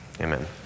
Amen